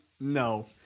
No